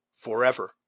forever